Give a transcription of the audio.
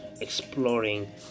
exploring